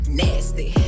nasty